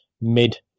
mid